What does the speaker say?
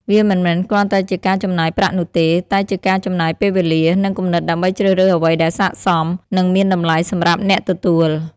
វាមិនមែនគ្រាន់តែជាការចំណាយប្រាក់នោះទេ តែជាការចំណាយពេលវេលា និងគំនិតដើម្បីជ្រើសរើសអ្វីដែលស័ក្តិសម និងមានតម្លៃសម្រាប់អ្នកទទួល។